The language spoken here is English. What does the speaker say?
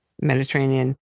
Mediterranean